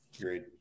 great